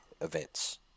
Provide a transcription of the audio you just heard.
events